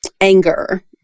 anger